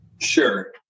Sure